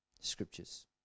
scriptures